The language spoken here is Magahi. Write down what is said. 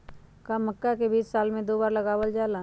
का मक्का के बीज साल में दो बार लगावल जला?